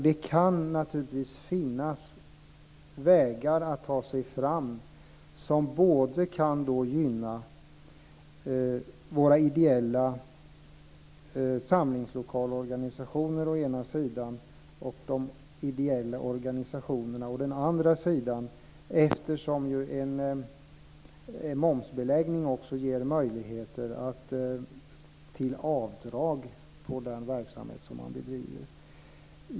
Det kan naturligtvis finnas vägar att ta sig fram som både kan gynna våra ideella samlingslokalsorganisationer å ena sidan och de ideella organisationerna å den andra sidan, eftersom en momsbeläggning också ger möjligheter till avdrag på den verksamhet som man bedriver.